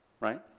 Right